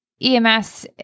EMS